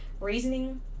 reasoning